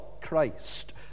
Christ